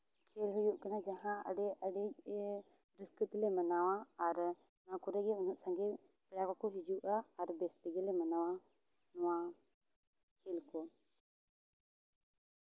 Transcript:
ᱪᱮᱫ ᱦᱩᱭᱩᱜ ᱠᱟᱱᱟ ᱡᱟᱦᱟᱸ ᱟᱹᱰᱤ ᱟᱹᱰᱤ ᱜᱮ ᱨᱟᱹᱥᱠᱟᱹ ᱛᱮᱞᱮ ᱢᱟᱱᱟᱣᱟ ᱟᱨ ᱱᱚᱣᱟ ᱠᱚᱨᱮᱜ ᱜᱮ ᱩᱱᱟᱹᱜ ᱥᱟᱸᱜᱮ ᱯᱮᱲᱟ ᱠᱚ ᱠᱚ ᱦᱤᱡᱩᱜᱼᱟ ᱟᱨ ᱵᱮᱥ ᱛᱮᱜᱮ ᱞᱮ ᱢᱟᱱᱟᱣᱟ ᱱᱚᱣᱟ ᱠᱷᱮᱞ ᱠᱚ